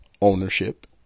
ownership